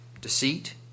deceit